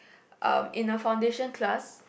um in a foundation class